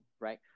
Right